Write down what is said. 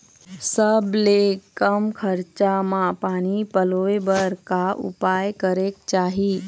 सबले कम खरचा मा पानी पलोए बर का उपाय करेक चाही?